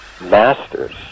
masters